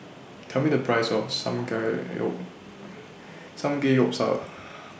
Tell Me The Price of Samgeyopsal